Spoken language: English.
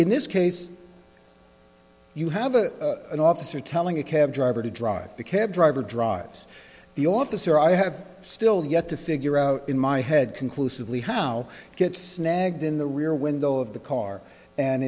in this case you have a officer telling a cab driver to drive the cab driver drives the officer i have still yet to figure out in my head conclusively how gets snagged in the rear window of the car and